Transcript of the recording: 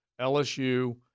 LSU